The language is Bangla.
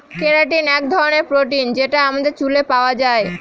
কেরাটিন এক ধরনের প্রোটিন যেটা আমাদের চুলে পাওয়া যায়